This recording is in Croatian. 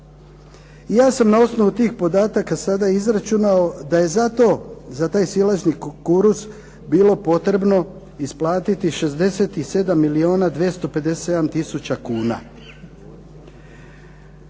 Ja sam na osnovu tih podataka sada izračunao da je za taj silažnji kukuruz bilo potrebno isplatiti 67 milijuna 257 tisuća kuna.